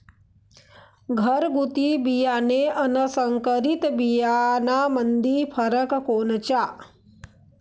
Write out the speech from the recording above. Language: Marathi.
घरगुती बियाणे अन संकरीत बियाणामंदी फरक कोनचा?